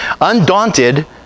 Undaunted